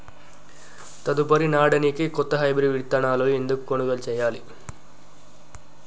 తదుపరి నాడనికి కొత్త హైబ్రిడ్ విత్తనాలను ఎందుకు కొనుగోలు చెయ్యాలి?